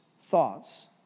thoughts